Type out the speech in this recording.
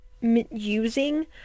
using